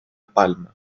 palma